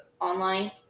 online